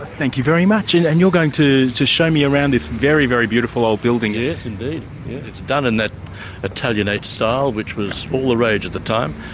thank you very much. and you're going to to show me around this very, very beautiful old building. yes indeed. it's done in that italianate style which was all the rage at the time,